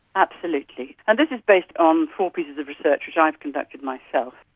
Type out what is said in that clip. absolutely, and this is based on four pieces of research which i've conducted myself.